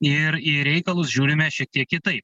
ir į reikalus žiūrime šiek tiek kitaip